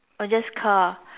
or just car